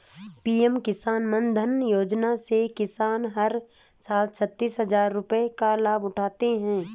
PM Kisan Maandhan Yojana से किसान हर साल छतीस हजार रुपये का लाभ उठाते है